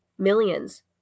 Millions